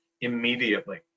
immediately